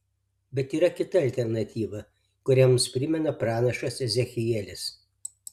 bet yra kita alternatyva kurią mums primena pranašas ezechielis